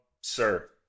sir